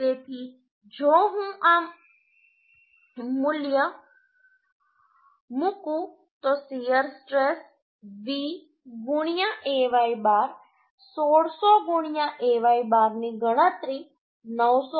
તેથી જો હું આ મૂલ્ય મૂકું તો shear stress V Ay bar 1600 Ay બારની ગણતરી 900